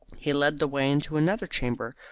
he led the way into another chamber,